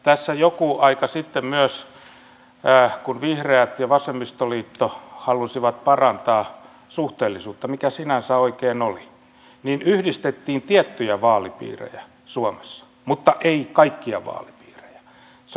tässä joku aika sitten myös kun vihreät ja vasemmistoliitto halusivat parantaa suhteellisuutta mikä sinänsä oikein oli yhdistettiin tiettyjä vaalipiirejä suomessa mutta ei kaikkia vaalipiirejä